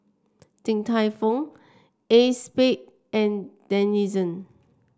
Din Tai Fung Acexspade and Denizen